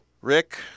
Rick